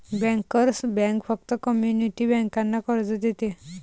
bankers bank फक्त community बँकांना कर्ज देते